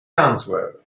answer